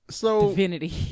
divinity